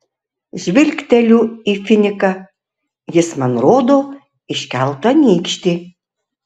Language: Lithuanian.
žvilgteliu į finiką jis man rodo iškeltą nykštį